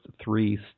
three